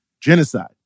Genocide